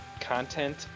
content